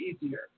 easier